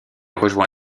rejoint